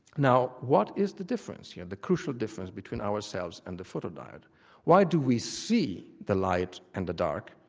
now what is the difference? you know the crucial difference between ourselves and the photodiode why do we see the light and the dark,